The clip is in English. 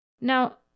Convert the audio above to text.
Now